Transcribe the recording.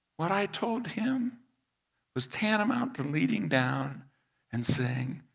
what i told him was tantamount to leading down and saying,